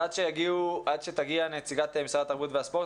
עד שתגיע נציגת משרד התרבות והספורט,